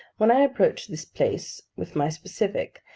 when i approached this place with my specific,